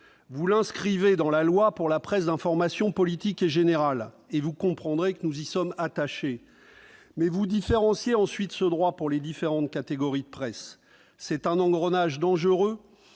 Vous l'inscrivez dans la loi pour la presse d'information politique et générale, et vous comprendrez combien nous sommes attachés à une telle disposition. Mais vous différenciez ensuite ce droit pour les différentes catégories de presse ; c'est un engrenage dangereux.